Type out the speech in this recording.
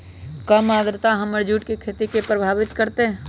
कम आद्रता हमर जुट के खेती के प्रभावित कारतै?